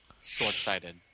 short-sighted